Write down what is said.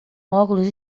óculos